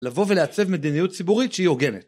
לבוא ולעצב מדיניות ציבורית שהיא הוגמת.